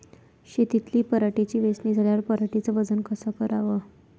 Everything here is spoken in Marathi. शेतातील पराटीची वेचनी झाल्यावर पराटीचं वजन कस कराव?